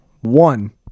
one